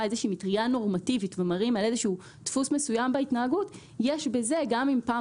מטריה נורמטיבית ומראים על איזשהו דפוס מסוים בהתנהגות - גם אם פעם